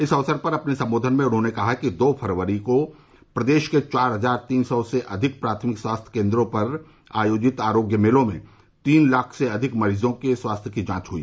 इस अवसर पर अपने संबोधन में उन्होंने कहा कि दो फरवरी को प्रदेश के चार हजार तीन सौ से अधिक प्राथमिक स्वास्थ्य केंद्रों पर आयोजित आरोग्य मेलों में तीन लाख से अधिक मरीजों की स्वास्थ्य जांच हुई